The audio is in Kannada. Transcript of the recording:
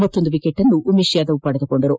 ಮತ್ತೊಂದು ವಿಕೆಟ್ನ್ನು ಉಮೇಶ್ ಯಾದವ್ ಪಡೆದರು